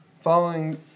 following